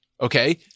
Okay